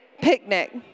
picnic